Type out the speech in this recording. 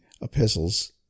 epistles